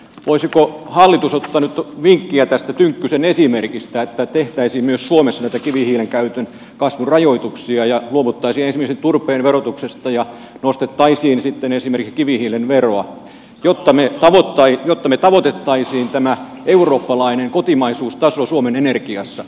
voisiko hallitus ottaa nyt vinkkiä tästä tynkkysen esimerkistä että tehtäisiin myös suomessa näitä kivihiilen käytön kasvurajoituksia ja luovuttaisiin esimerkiksi turpeen verotuksesta ja nostettaisiin sitten esimerkiksi kivihiilen veroa jotta me tavoittaisimme tämän eurooppalaisen kotimaisuustason suomen energiassa